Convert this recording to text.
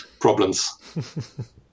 problems